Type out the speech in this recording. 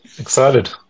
excited